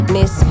Miss